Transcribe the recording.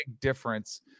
difference